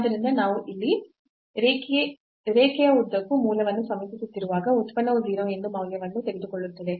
ಆದ್ದರಿಂದ ನಾವು ಇಲ್ಲಿ ಈ ರೇಖೆಯ ಉದ್ದಕ್ಕೂ ಮೂಲವನ್ನು ಸಮೀಪಿಸುತ್ತಿರುವಾಗ ಉತ್ಪನ್ನವು 0 ಎಂದು ಮೌಲ್ಯವನ್ನು ತೆಗೆದುಕೊಳ್ಳುತ್ತದೆ